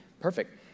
perfect